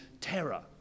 terror